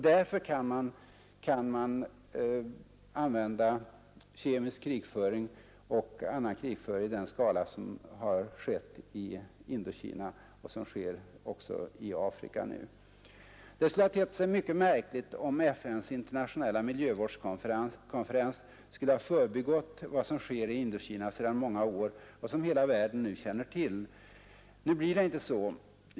Därför kan kriget föras med kemiska och andra medel i den skala som har skett i Indokina och som nu sker, om än i mindre skala, också i Afrika. Det skulle ha tett sig mycket märkligt om FN:s internationella miljövårdskonferens skulle ha förbigått detta som äger rum i Indokina sedan många år och som hela världen nu känner till. Nu blir det inte så.